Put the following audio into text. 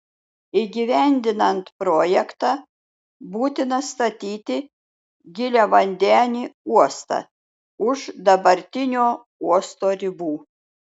įgyvendinant projektą būtina statyti giliavandenį uostą už dabartinio uosto ribų